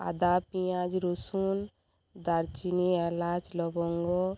আদা পেঁয়াজ রসুন দারচিনি এলাচ লবঙ্গ